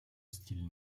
style